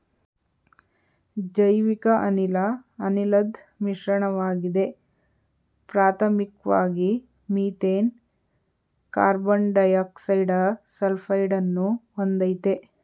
ಜೈವಿಕಅನಿಲ ಅನಿಲದ್ ಮಿಶ್ರಣವಾಗಿದೆ ಪ್ರಾಥಮಿಕ್ವಾಗಿ ಮೀಥೇನ್ ಕಾರ್ಬನ್ಡೈಯಾಕ್ಸೈಡ ಸಲ್ಫೈಡನ್ನು ಹೊಂದಯ್ತೆ